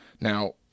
Now